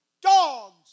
dogs